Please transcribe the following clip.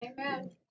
Amen